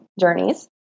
journeys